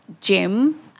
gym